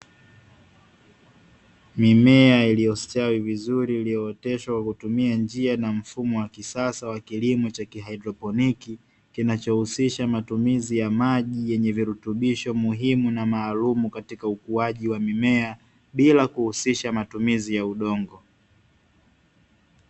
Mimea uliyostawi vizuri iliyooteshwa kwakutumia njia za kisasa, kwa kilimo cha kihaidroponiki kikihusisha matumizi ya maji yenye virutumisho maalumu katika ukuaji wa mimea bila kuhusisha matumizi ya udongo.